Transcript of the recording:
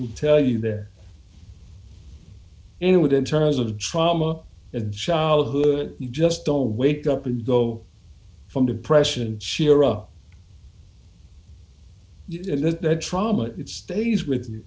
will tell you this and with in terms of trauma in childhood you just don't wake up and go from depression cheer up and that trauma it stays with me